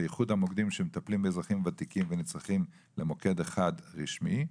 בייחוד המוקדים שמטפלים באזרחים ותיקים ונצרכים למוקד אחד רשמי,